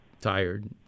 Tired